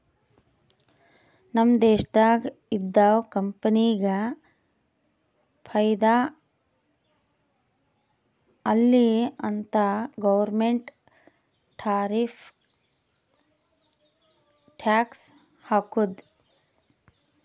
ನಮ್ ದೇಶ್ದಾಗ್ ಇದ್ದಿವ್ ಕಂಪನಿಗ ಫೈದಾ ಆಲಿ ಅಂತ್ ಗೌರ್ಮೆಂಟ್ ಟಾರಿಫ್ ಟ್ಯಾಕ್ಸ್ ಹಾಕ್ತುದ್